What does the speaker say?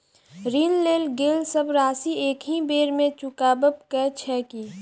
ऋण लेल गेल सब राशि एकहि बेर मे चुकाबऽ केँ छै की?